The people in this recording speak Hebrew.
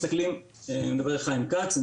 מדבר חיים כץ,